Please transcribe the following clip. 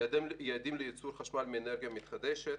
מבחינת יעדים לייצור חשמל מאנרגיה מתחדשת,